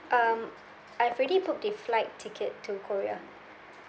um I've already booked the flight ticket to korea